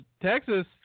Texas